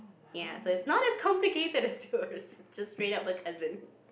ya so is not as complicated as you just straight up a cousin